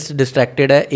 distracted